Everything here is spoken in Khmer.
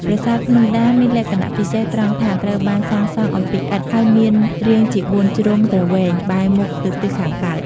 ប្រាសាទភ្នំដាមានលក្ខណៈពិសេសត្រង់ថា ត្រូវបានសាងសង់អំពីឥដ្ឋ ហើយមានរាងជាបួនជ្រុងទ្រវែងបែរមុខទៅទិសខាងកើត។